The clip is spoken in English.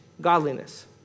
Godliness